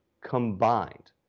combined